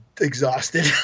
exhausted